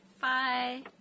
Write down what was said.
Bye